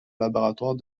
laboratoire